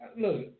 Look